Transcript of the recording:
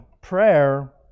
Prayer